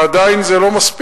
אבל עדיין זה לא מספיק.